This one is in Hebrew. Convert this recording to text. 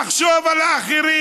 נחשוב על האחרים.